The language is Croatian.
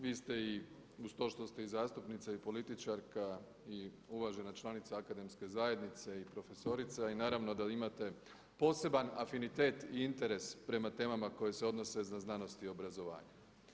Vi ste i uz to što ste i zastupnica i političarka i uvažena članica akademske zajednice i profesorica i naravno da imate poseban afinitet i interes prema temama koje se odnose za znanost i obrazovanje.